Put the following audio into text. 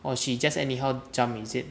oh she just anyhow jump is it